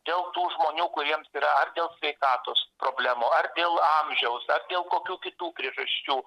dėl tų žmonių kuriems yra ar dėl sveikatos problemų ar dėl amžiaus ar dėl kokių kitų priežasčių